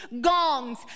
gongs